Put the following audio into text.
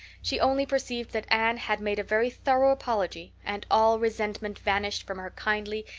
she only perceived that anne had made a very thorough apology and all resentment vanished from her kindly,